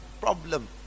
problem